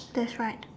that's right